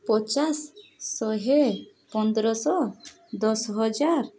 ପଚାଶ ଶହେ ପନ୍ଦରଶହ ଦଶ ହଜାର